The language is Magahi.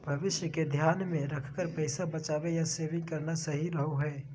भविष्य के ध्यान मे रखकर पैसा बचावे या सेविंग करना सही रहो हय